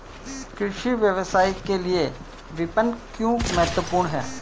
कृषि व्यवसाय के लिए विपणन क्यों महत्वपूर्ण है?